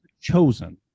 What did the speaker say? chosen